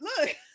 Look